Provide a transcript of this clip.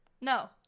No